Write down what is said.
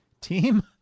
team